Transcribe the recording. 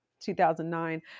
2009